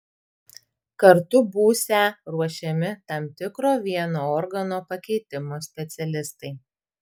kartu būsią ruošiami tam tikro vieno organo pakeitimo specialistai